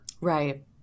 right